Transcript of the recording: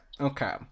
Okay